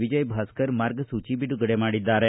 ವಿಜಯಭಾಸ್ಕರ್ ಮಾರ್ಗಸೂಚಿ ಬಿಡುಗಡೆ ಮಾಡಿದ್ದಾರೆ